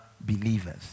believers